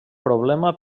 problema